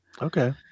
Okay